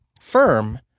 firm